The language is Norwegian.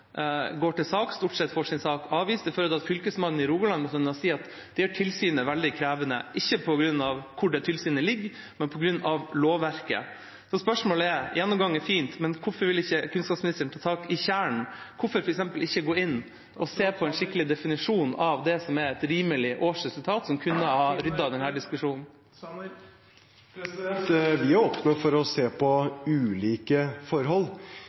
går til sak, stort sett får sin sak avvist. Det har ført til at Fylkesmannen i Rogaland har sagt at det gjør tilsynet veldig krevende – ikke på grunn av hvor tilsynet ligger, men på grunn av lovverket. Spørsmålet er: En gjennomgang er fint, men hvorfor vil ikke kunnskapsministeren ta tak i kjernen? Hvorfor vil man f.eks. ikke gå inn og se på en skikkelig definisjon av hva som er et rimelig årsresultat, som kunne ha ryddet i denne diskusjonen? Vi er åpne for å se på ulike forhold.